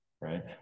right